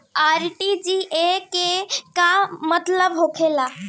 RTGS के का मतलब होला?